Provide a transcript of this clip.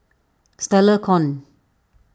Stella Kon